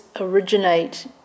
originate